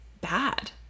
bad